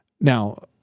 Now